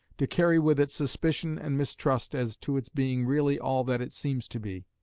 to carry with it suspicion and mistrust as to its being really all that it seems to be.